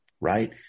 Right